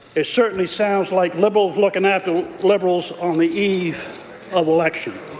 it certainly sounds like liberals looking after liberals on the eve of election.